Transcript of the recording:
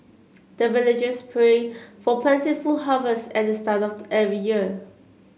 the villagers pray for plentiful harvest at the start of every year